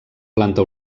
planta